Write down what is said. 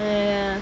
oh ya